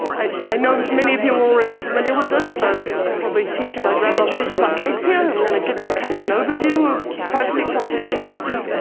i know many of you are already familiar with this, so i'm probably teaching my grandmother to suck eggs here. i'm going to give you kind of an overview of privacy and confidentiality.